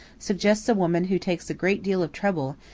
suggests a woman who takes a great deal of trouble,